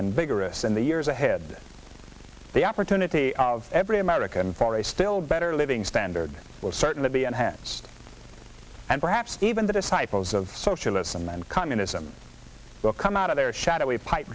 and vigorous in the years ahead the opportunity of every american for a still better living standards will certainly be enhanced and perhaps even the disciples of socialism and communism will come out of their shadowy pipe